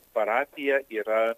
parapija yra